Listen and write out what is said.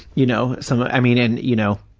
you know, some, i mean, and, you know,